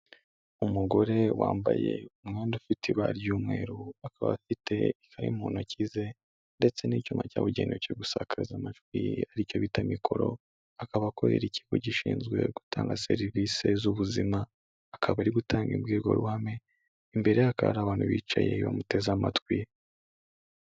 Umugore wambaye umwenda ufite ibara ry'umweru, akaba afite ikayi muntoki ze ndetse n'icyuma cyabugenewe cyo gusakaza amajwi aricyo bita mikoro, akaba akorera ikigo gishinzwe gutanga serivise z'ubuzima, akaba ari gutanga imbwirwaruhame, imbere ye hakaba hari abantu bicaye bamuteze amatwi.